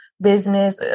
business